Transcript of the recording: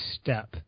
step